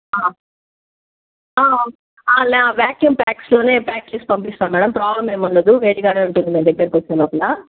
vacuum ప్యాక్స్లోనే ప్యాక్ చేసి పంపిస్తాం మేడం ప్రాబ్లమ్ ఏమి ఉండదు వేడిగానే ఉంటుంది మీ దగ్గరకి వచ్చే లోపల